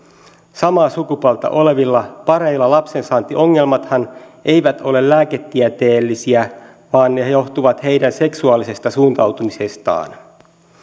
samaa sukupuolta olevilla pareilla lapsensaantiongelmathan eivät ole lääketieteellisiä vaan johtuvat heidän seksuaalisesta suuntautumisestaan